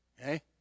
Okay